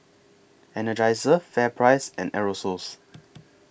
Energizer FairPrice and Aerosoles